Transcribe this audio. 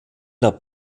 der